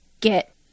get